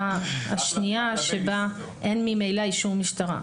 לחלופה השנייה שבה ממילא אין אישור משטרה.